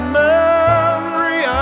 memory